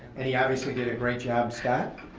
and he obviously did a great job, scott.